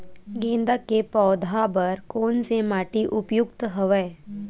गेंदा के पौधा बर कोन से माटी उपयुक्त हवय?